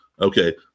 Okay